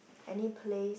any plays